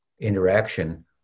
interaction